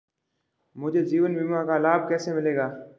मुझे जीवन बीमा का लाभ कब मिलेगा?